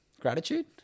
gratitude